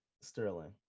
Sterling